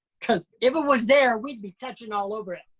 because if it was there, we'd be touching all over it.